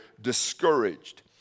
discouraged